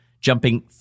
jumping